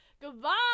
Goodbye